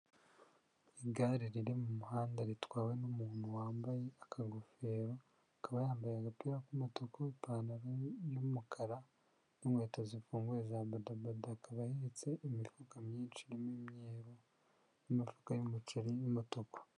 Igare riri mu muhanda ritwawe n'umuntu wambaye akagofero, akaba yambaye agapira k'umutuku ipantaro y'umukara n'inkweto zifunguye za bodaboda, akaba ahetse imifuka myinshi irimo imyeru n'imifuka y'umuceri y'umutuku.